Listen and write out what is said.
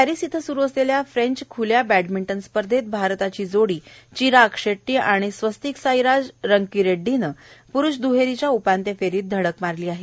Paris इथं सुरू असलेल्या फ्रेंच ख्ल्या बॅडमिंटन स्पर्धेत भारताची जोडी चिराग शेट्टी आणि स्वस्तीकसाईराज रंकीरेड्डीनं प्रूष दुहेरीच्या उपांत्य फेरीत धडक मारील आहे